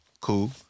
cool